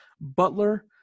Butler